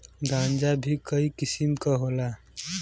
गांजा भीं कई किसिम के होला